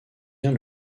bien